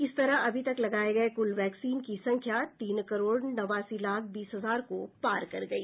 इस तरह अभी तक लगाए गए कुल वैक्सीन की संख्या तीन करोड़ नवासी लाख बीस हजार को पार कर गई